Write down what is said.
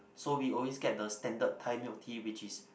so we always get the standard Thai milk tea which is